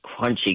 crunchy